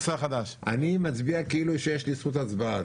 אני מצביע כאילו שיש לי זכות הצבעה.